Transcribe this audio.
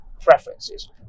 preferences